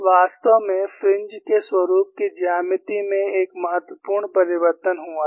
वास्तव में फ्रिंज के स्वरुप की ज्यामिति में एक महत्वपूर्ण परिवर्तन हुआ था